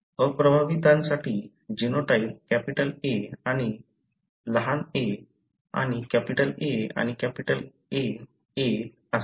अप्रभावितांसाठी genotype capital "A" आणि लहान "a" आणि कॅपिटल "A" आणि कॅपिटल "A" असेल